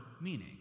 meaning